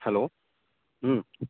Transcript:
hello ହୁଁ